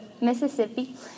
Mississippi